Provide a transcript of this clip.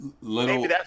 Little